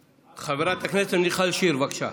חברת הכנסת מיכל שיר, בבקשה,